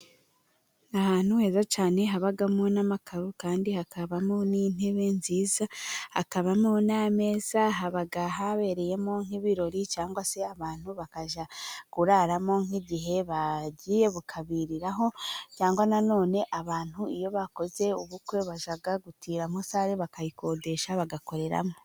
Ahantu heza cyane habamo n'amakaro, kandi hakabamo n'intebe nziza, hakabamo n'ameza, haba habereyemo nk'ibirori, cyangwa se abantu bakajya kuraramo nk'igihe bagiye bukabiriraho, cyangwa na none abantu iyo bakoze ubukwe bajya gutiramo sare bakayikodesha bagakoreramo.